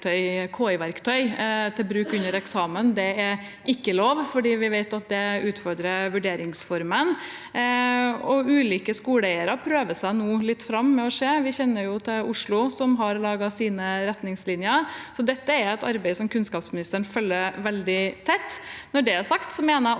KI-verktøy til bruk under eksamen ikke er lov, for vi vet at det utfordrer vurderingsformene. Ulike skoleeiere prøver seg nå litt fram og ser. Vi kjenner jo til Oslo, som har laget sine retningslinjer. Dette er et arbeid som kunnskapsministeren følger veldig tett. Når det er sagt, mener jeg også